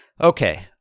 Okay